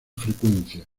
frecuencia